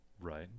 Right